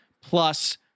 plus